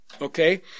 Okay